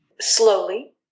slowly